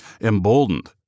Emboldened